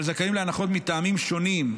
אבל זכאים להנחות מטעמים שונים,